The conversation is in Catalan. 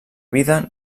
vida